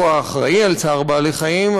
שהוא האחראי להגנת בעלי-חיים,